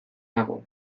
nago